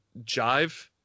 jive